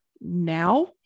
now